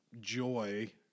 joy